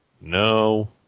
no